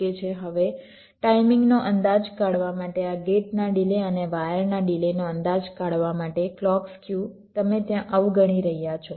હવે ટાઈમિંગનો અંદાજ કાઢવા માટે આ ગેટના ડિલે અને વાયરના ડિલેનો અંદાજ કાઢવા માટે ક્લૉક સ્ક્યુ તમે અત્યારે અવગણી રહ્યા છો